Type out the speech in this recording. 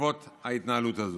בעקבות ההתנהלות הזאת.